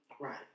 Right